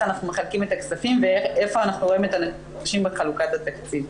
אנחנו מחלקים את הכספים ואיפה אנחנו רואים את ה --- בחלוקת התקציב.